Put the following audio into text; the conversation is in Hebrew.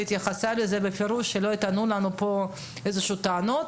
היא התייחסה לזה בפירוש כדי שלא יטענו כאן איזה שהן טענות